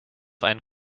einen